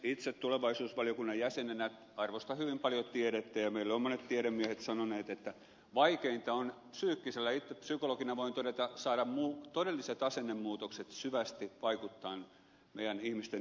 itse tulevaisuusvaliokunnan jäsenenä arvostan hyvin paljon tiedettä ja meille ovat monet tiedemiehet sanoneet että vaikeinta on psyykkisesti ja sen itse psykologina voin todeta saada todelliset asennemuutokset syvästi vaikuttamaan meidän ihmisten elämään